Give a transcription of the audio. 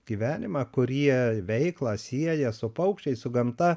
gyvenimą kurie veiklą sieja su paukščiais su gamta